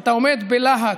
אתה עומד בלהט,